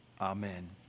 Amen